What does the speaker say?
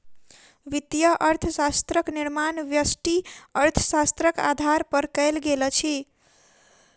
वित्तीय अर्थशास्त्रक निर्माण व्यष्टि अर्थशास्त्रक आधार पर कयल गेल अछि